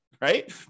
right